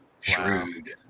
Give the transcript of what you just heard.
Shrewd